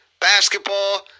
basketball